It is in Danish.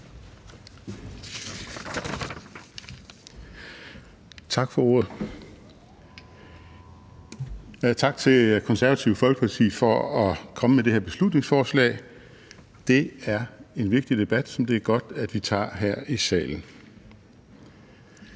Tak for ordet. Tak til Det Konservative Folkeparti for at komme med det her beslutningsforslag. Det er en vigtig debat, som det er godt at vi tager her i salen.